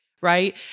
right